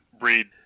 read